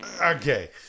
Okay